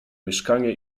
mieszkanie